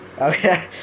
Okay